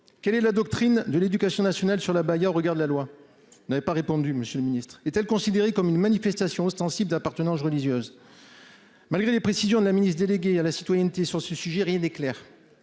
Quelle est la doctrine de l'éducation nationale sur l'abaya au regard de la loi ? Vous n'avez pas répondu, monsieur le ministre. Ce vêtement est-il considéré comme une manifestation ostensible d'appartenance religieuse ? Malgré les précisions de la secrétaire d'État chargée de la citoyenneté sur ce sujet, rien n'est clair.